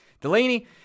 Delaney